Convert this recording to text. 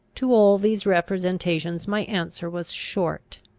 to all these representations my answer was short.